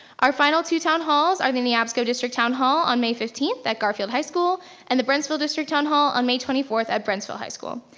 our final two town halls are the neabsco district town hall on may fifteenth at garfield high school and the brinsfield district town hall on may twenty fourth at brinsfield high school.